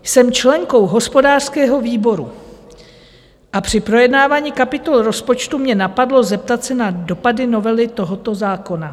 Jsem členkou hospodářského výboru a při projednávání kapitol rozpočtu mě napadlo zeptat se na dopady novely tohoto zákona.